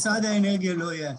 משרד האנרגיה לא יעכב.